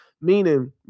meaning